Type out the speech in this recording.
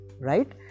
right